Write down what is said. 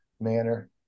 manner